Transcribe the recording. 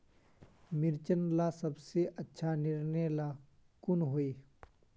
मिर्चन ला सबसे अच्छा निर्णय ला कुन होई?